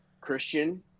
Christian